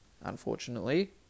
unfortunately